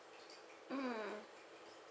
mm